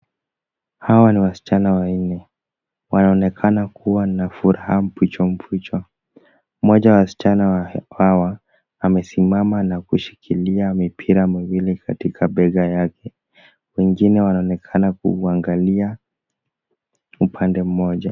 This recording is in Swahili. Hawa ni wasichana wanne, wanaonekana kuwa na furaha mpwito mpwito, mmoja wa wasichana hawa amesimama na kushikilia mipira miwili katika bega yake, wengine wanaonekana kuuangalia upande mmoja.